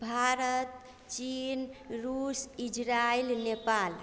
भारत चीन रूस इजराइल नेपाल